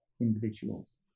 individuals